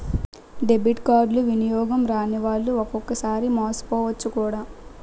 debit కార్డులు వినియోగం రానివాళ్లు ఒక్కొక్కసారి మోసపోవచ్చు కూడా